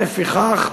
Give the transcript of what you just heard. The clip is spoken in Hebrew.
לפיכך,